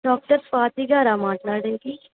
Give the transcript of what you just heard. doctor స్వాతిగారా మాట్లాడేది